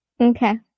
Okay